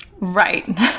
Right